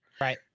Right